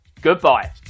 goodbye